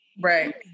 right